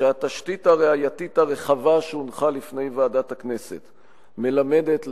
שהתשתית הראייתית הרחבה שהונחה לפני ועדת הכנסת מלמדת,